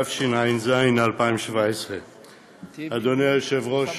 התשע"ז 2017. אדוני היושב-ראש,